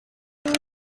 take